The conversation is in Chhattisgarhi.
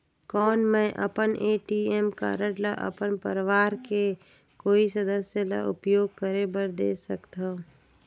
कौन मैं अपन ए.टी.एम कारड ल अपन परवार के कोई सदस्य ल उपयोग करे बर दे सकथव?